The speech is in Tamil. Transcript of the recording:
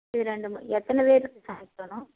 இது ரெண்டுமா எத்தனை பேருக்கு சமைக்கணும்